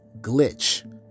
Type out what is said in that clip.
glitch